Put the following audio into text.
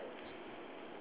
right side